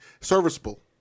serviceable